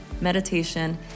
meditation